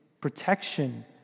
protection